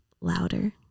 louder